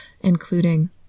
including